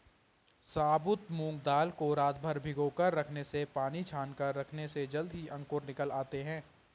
साबुत मूंग दाल को रातभर भिगोकर रखने से पानी छानकर रखने से जल्दी ही अंकुर निकल आते है